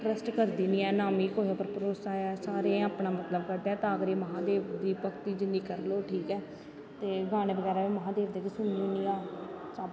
trust करदी नी ऐं नां मिगी कुसे पर भरोसा ऐ सारे अपनां मतलव कड्डदे ऐं तां करियै महांदेव दी भगति जिन्नी करी लैओ ठीक ऐ ते में गीनें बगैरा महांदेव दे गै सुननी आं